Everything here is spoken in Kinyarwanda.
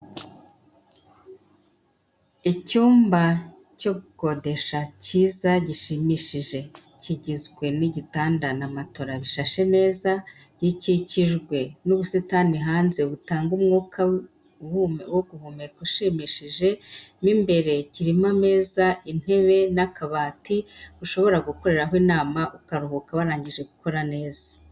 Icyumba cyo gukodesha cyiza gishimishije kigizwe nigitanda na matora bishashe neza gikikijwe nubusitani hanze butanga umwuka wo guhumeka ushimishijemo imbere kirimo ameza intebe n'akabati ushobora gukoreraho inama utaruhuka warangije gukora neza.